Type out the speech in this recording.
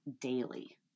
daily